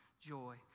joy